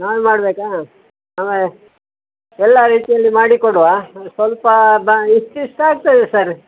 ನಾನು ಮಾಡಬೇಕಾ ಎಲ್ಲ ರೀತಿಯಲ್ಲಿ ಮಾಡಿ ಕೊಡುವ ಸ್ವಲ್ಪ ಬಾ ಇಷ್ಟಿಷ್ಟು ಆಗ್ತದೆ ಸರ್